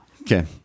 Okay